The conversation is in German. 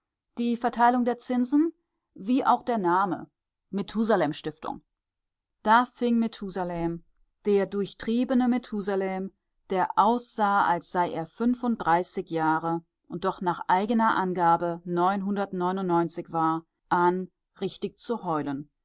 die verteilung der zinsen wie auch der name methusalem stiftung da fing methusalem der durchtriebene methusalem der aussah als sei er fünfunddreißig jahre und doch nach seiner eigenen angabe neunhundertneunundneunzig war an richtig zu heulen